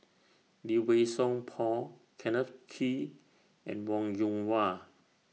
Lee Wei Song Paul Kenneth Kee and Wong Yoon Wah